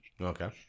Okay